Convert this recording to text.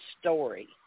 story